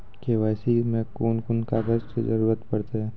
KYC मे कून कून कागजक जरूरत परतै?